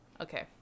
Okay